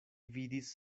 vidis